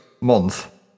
month